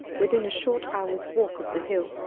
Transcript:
within a short hour's walk of the hill,